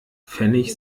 pfennig